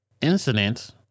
incidents